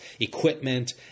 equipment